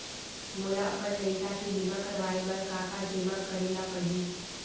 मोला अपन लइका के बीमा करवाए बर का का जेमा करे ल परही?